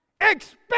expect